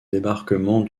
débarquement